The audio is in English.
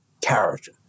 character